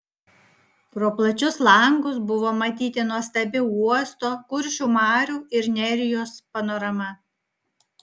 pro plačius langus buvo matyti nuostabi uosto kuršių marių ir nerijos panorama